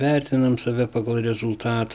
mes vertinam save pagal rezultatą